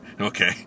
Okay